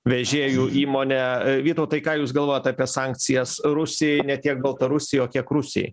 vežėjų įmonė vytautai ką jūs galvojot apie sankcijas rusijai ne tiek baltarusijai o kiek rusijai